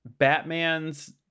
Batmans